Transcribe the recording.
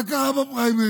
מה קרה בפריימריז?